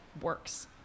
works